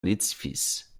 l’édifice